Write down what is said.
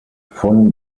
von